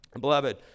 Beloved